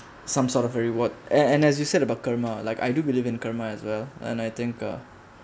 some sort of a reward and and as you said about karma like I do believe in karma as well and I think uh